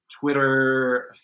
Twitter